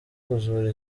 kuzura